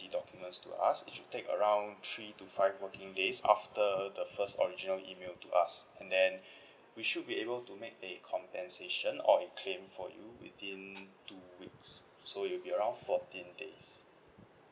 the documents to us it should take around three to five working days after the first original email to us and then we should be able to make a compensation or a claim for you within two weeks so it will be around fourteen days